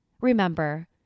remember